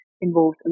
involves